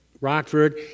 Rockford